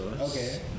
Okay